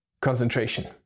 concentration